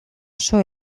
oso